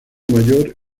mayor